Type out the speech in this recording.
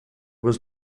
was